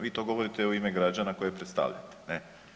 Vi to govorite u ime građana koje predstavljate, ne.